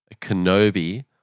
Kenobi